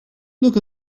look